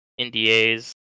ndas